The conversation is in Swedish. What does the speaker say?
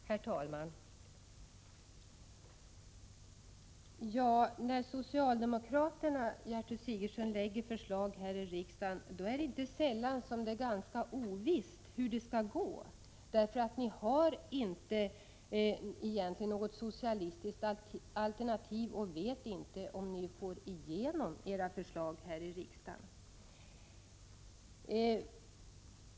Herr talman! När ni socialdemokrater lägger fram förslag här i riksdagen, Gertrud Sigurdsen, är det inte sällan ganska ovisst hur det skall gå, eftersom ni egentligen inte har något socialistiskt alternativ och inte vet om ni får igenom era förslag.